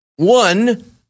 One